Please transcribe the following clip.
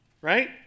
right